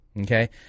Okay